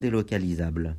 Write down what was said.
délocalisables